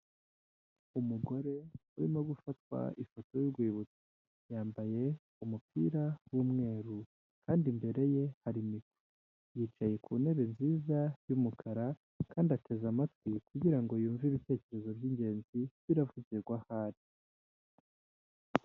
Umugore Urimo gufatwa ifoto y'urwibutso, yambaye umupira w'umweru kandi imbere ye hari mikoro, yicaye ku ntebe nziza y'umukara kandi ateze amatwi, kugirango yumve ibitekerezo by'ingenzi biravugirwa ahari.